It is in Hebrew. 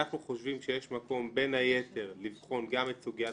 אנחנו חושבים שיש מקום בין היתר לבחון גם את סוגיית